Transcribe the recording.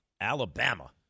Alabama